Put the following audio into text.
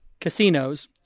casinos